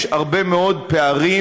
יש הרבה מאוד פערים